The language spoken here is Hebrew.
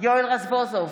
יואל רזבוזוב,